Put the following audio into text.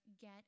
get